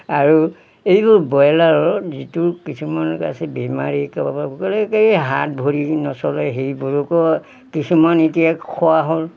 আৰু এইবোৰ ব্ৰইলাৰৰ যিটো কিছুমানে আছে বেমাৰী হাত ভৰি নচলে সেইবোৰকো কিছুমান এতিয়া খোৱা হ'ল